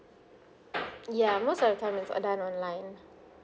ya most of the time it's all done online